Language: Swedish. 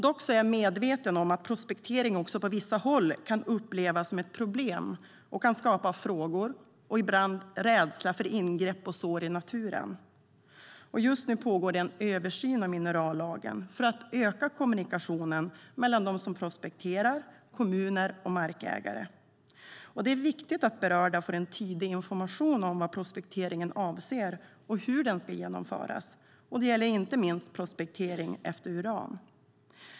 Dock är jag medveten om att prospektering på vissa håll också kan upplevas som ett problem och kan skapa frågor, ibland rädsla för ingrepp och sår i naturen. Just nu pågår en översyn av minerallagen för att öka kommunikationen mellan dem som prospekterar, kommuner och markägare. Det är viktigt att berörda får en tidig information om vad prospekteringen avser och hur den ska genomföras. Det gäller inte minst prospektering efter uran.